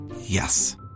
Yes